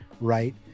right